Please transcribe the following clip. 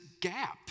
gap